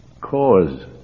cause